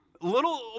Little